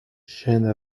gênes